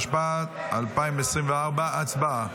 התשפ"ה 2024. הצבעה.